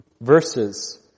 verses